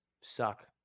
Suck